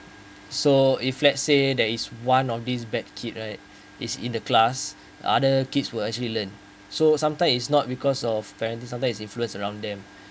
so if let's say there is one of these bad kid right is in the class other kids will actually learn so sometime is not because of parenting sometimes is influence around them